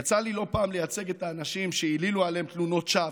יצא לי לא פעם לייצג את האנשים שהעלילו עליהם תלונות שווא,